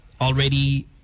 already